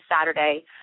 Saturday